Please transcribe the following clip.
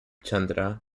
chandra